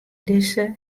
dizze